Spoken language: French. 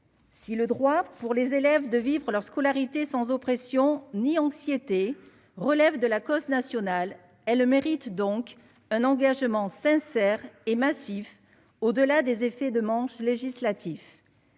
si le droit pour les élèves de vivre leur scolarité sans oppression ni anxiété relève de la cause nationale, elle le mérite donc un engagement sincère et massif au delà des effets de manche législatif,